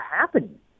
happening